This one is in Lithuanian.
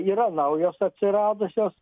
yra naujos atsiradusios